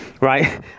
right